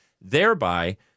thereby